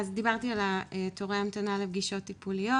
אז דיברתי על תורי ההמתנה לפגישות טיפוליות.